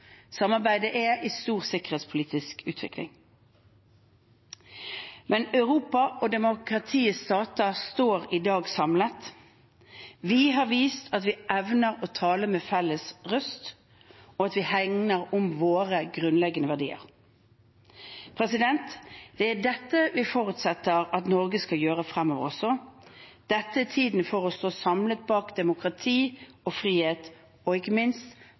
stor sikkerhetspolitisk utvikling. Europa og demokratiske stater står i dag samlet. Vi har vist at vi evner å tale med felles røst, og at vi hegner om våre grunnleggende verdier. Det er dette vi forutsetter at Norge skal gjøre også fremover. Dette er tiden for å stå samlet bak demokrati og frihet og ikke minst